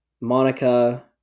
Monica